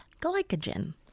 glycogen